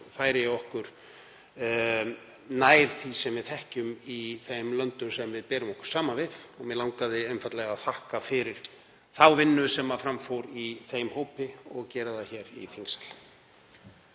og færir okkur nær því sem við þekkjum í þeim löndum sem við berum okkur saman við. Mig langaði einfaldlega að þakka fyrir þá vinnu sem fram fór í þeim hópi og gera það hér í þingsal.